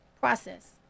process